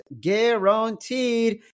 guaranteed